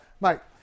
Mike